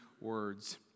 words